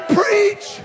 preach